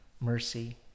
mercy